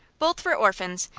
both were orphans,